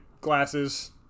Glasses